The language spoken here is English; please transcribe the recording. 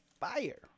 fire